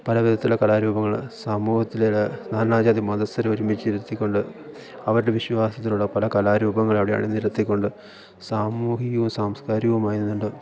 പല വിധത്തിലുള്ള കലാരൂപങ്ങൾ സമൂഹത്തിലെ നാനാജാതി മതസ്ഥരെ ഒരുമിച്ചു ഇരുത്തിക്കൊണ്ട് അവരുടെ വിശ്വാസത്തിലുള്ള പല കലാരൂപങ്ങൾ അവിടെ അണിനിരത്തിക്കൊണ്ട് സാമൂഹികവും സാംസ്കാരികവുമായി നിന്നു കൊണ്ട്